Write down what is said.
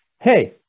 hey